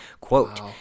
quote